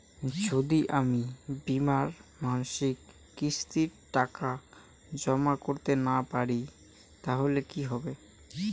যদি আমি বীমার মাসিক কিস্তির টাকা জমা করতে না পারি তাহলে কি হবে?